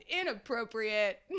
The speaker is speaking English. inappropriate